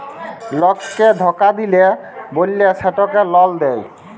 লককে ধকা দিল্যে বল্যে সেটকে লল দেঁয়